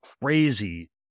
crazy